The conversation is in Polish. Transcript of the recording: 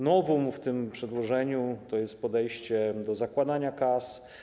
Novum w tym przedłożeniu jest podejście do zakładania kas.